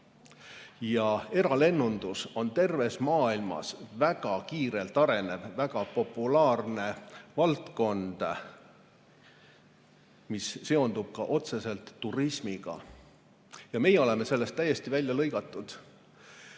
Eralennundus on terves maailmas väga kiirelt arenev, väga populaarne valdkond, mis seondub ka otseselt turismiga. Meie oleme sellest täiesti välja lõigatud.